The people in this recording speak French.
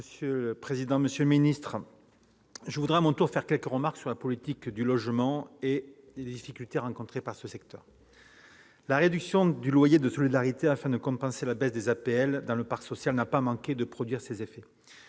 Monsieur le président, monsieur le ministre, mes chers collègues, je voudrais à mon tour faire quelques remarques sur la politique du logement et les difficultés rencontrées par ce secteur. La réduction de loyer de solidarité, destinée à compenser la baisse des APL dans le parc social, n'a pas manqué de produire ses effets.